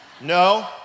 No